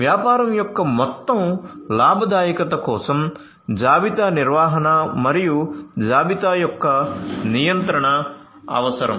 వ్యాపారం యొక్క మొత్తం లాభదాయకత కోసం జాబితా నిర్వహణ మరియు జాబితా యొక్క నియంత్రణ అవసరం